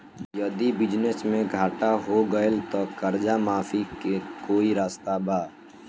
यदि बिजनेस मे घाटा हो गएल त कर्जा माफी के कोई रास्ता बा?